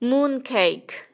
Mooncake